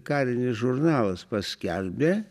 karinis žurnalas paskelbė